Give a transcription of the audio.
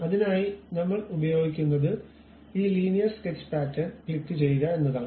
അതിനായി നമ്മൾ ഉപയോഗിക്കുന്നത് ഈ ലീനിയർ സ്കെച്ച് പാറ്റേൺ ക്ലിക്കുചെയ്യുക എന്നതാണ്